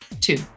two